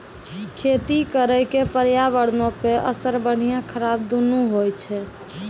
खेती करे के पर्यावरणो पे असर बढ़िया खराब दुनू होय छै